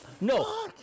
No